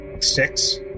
six